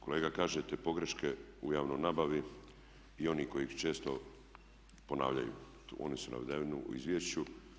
Kolega kažete pogreške u javnoj nabavi i oni koji ih često ponavljaju, oni su navedeni u izvješću.